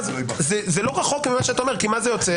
זה לא רחוק ממה שאתה אומר, כי מה זה יוצא?